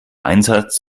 einsatz